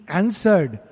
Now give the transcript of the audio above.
answered